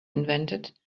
invented